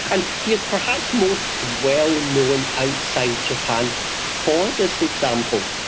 and he is perhaps most well-known outside japan for this example,